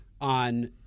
on